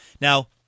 Now